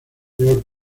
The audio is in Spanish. peor